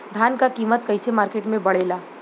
धान क कीमत कईसे मार्केट में बड़ेला?